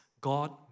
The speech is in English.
God